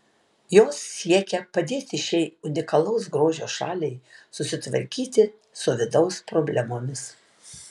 jos siekia padėti šiai unikalaus grožio šaliai susitvarkyti su vidaus problemomis